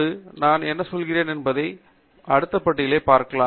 இங்கே இப்போது நான் என்ன சொல்கிறேன் என்பதை அடுத்த படியிலே பார்க்கலாம்